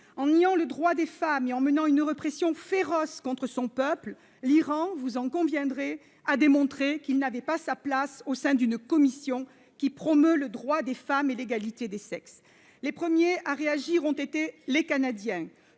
en niant le droit des femmes et en menant une répression féroce contre son peuple, l'Iran, vous en conviendrez, à démontrer qu'il n'avait pas sa place au sein d'une commission qui promeut le droit des femmes et l'égalité des sexes, les premiers à réagir ont été les Canadiens,